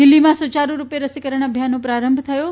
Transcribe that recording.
દિલ્હીમાં સુચારૂર્રપે રસીકરણ અભિયાનનો પ્રારંભ થયો છે